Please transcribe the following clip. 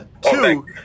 Two